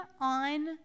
on